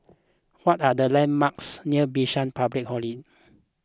what are the landmarks near Bishan Public